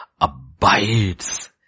abides